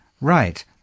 Right